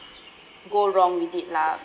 go wrong with it lah